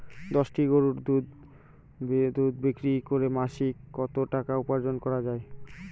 দশটি গরুর দুধ বিক্রি করে মাসিক কত টাকা উপার্জন করা য়ায়?